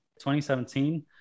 2017